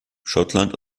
schottland